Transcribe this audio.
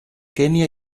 kenia